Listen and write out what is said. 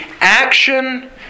action